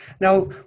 Now